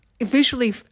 visually